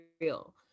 real